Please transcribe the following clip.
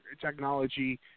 technology